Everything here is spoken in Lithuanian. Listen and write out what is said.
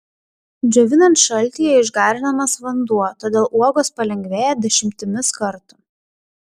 džiovinant šaltyje išgarinamas vanduo todėl uogos palengvėja dešimtimis kartų